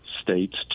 states